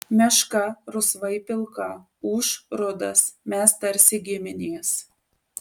meška rusvai pilka ūš rudas mes tarsi giminės